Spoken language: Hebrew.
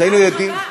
נא לסיים.